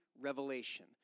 revelation